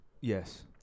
Yes